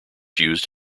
used